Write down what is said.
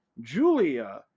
Julia